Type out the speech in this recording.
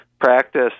practice